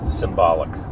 symbolic